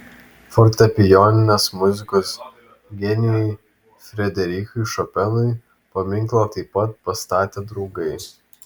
fortepijoninės muzikos genijui frederikui šopenui paminklą taip pat pastatė draugai